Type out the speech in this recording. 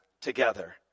together